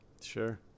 Sure